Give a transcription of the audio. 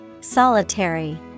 Solitary